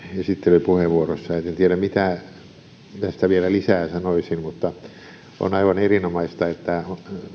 esittelypuheenvuorossa että en tiedä mitä tästä vielä lisää sanoisin on aivan erinomaista että